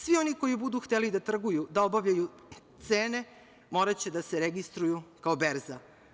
Svi oni koji budu hteli da trguju, da određuju cene, moraće da se registruju kao berza.